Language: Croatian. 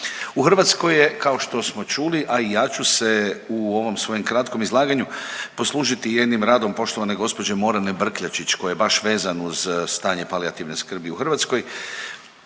U Hrvatskoj je kao što smo čuli, a i ja ću se u ovom svojem kratkom izlaganju poslužiti jednim radom poštovane gđe. Morane Brkljačić koji je baš vezan uz stanje palijativne skrbi u Hrvatskoj,